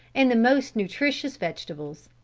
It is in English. and the most nutritious vegetables.